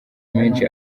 menshi